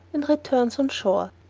and returns on shore.